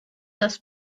das